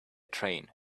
train